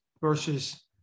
versus